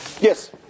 Yes